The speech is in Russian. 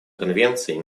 конвенции